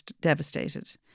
devastated